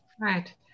right